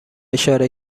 اشاره